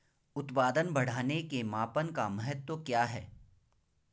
उत्पादन बढ़ाने के मापन का महत्व क्या है?